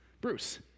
Bruce